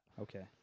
Okay